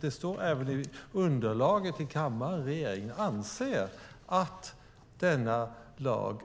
Det står även i underlaget till kammaren att regeringen anser att denna lag